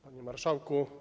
Panie Marszałku!